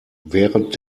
während